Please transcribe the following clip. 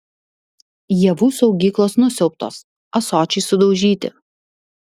javų saugyklos nusiaubtos ąsočiai sudaužyti